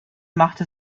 machte